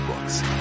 books